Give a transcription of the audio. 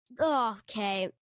okay